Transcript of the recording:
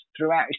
throughout